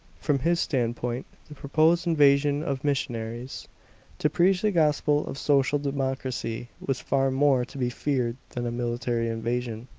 from his standpoint the proposed invasion of missionaries to preach the gospel of social democracy, was far more to be feared than a military invasion.